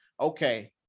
okay